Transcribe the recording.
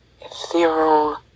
ethereal